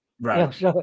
Right